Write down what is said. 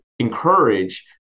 encourage